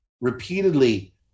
repeatedly